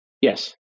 Yes